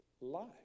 life